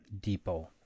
Depot